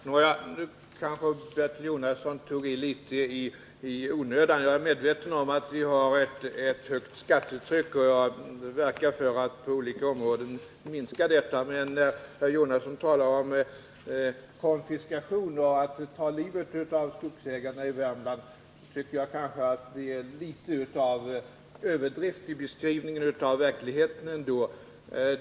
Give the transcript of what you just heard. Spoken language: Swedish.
Herr talman! Nu kanske Bertil Jonasson tog i litet i överkant. Jag är medveten om att vi har ett hårt skattetryck, och jag verkar för att på olika områden minska det. Men när Bertil Jonasson talar om konfiskering och om att ta livet av skogsägarna i Värmland, tycker jag det är litet av överdrift i beskrivningen av verkligheten.